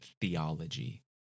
theology